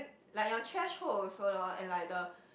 like your threshold also lor and like the